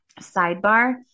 Sidebar